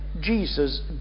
Jesus